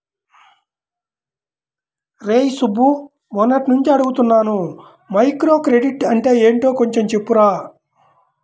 రేయ్ సుబ్బు, మొన్నట్నుంచి అడుగుతున్నాను మైక్రోక్రెడిట్ అంటే యెంటో కొంచెం చెప్పురా